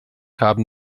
haben